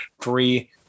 free